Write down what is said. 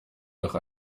doch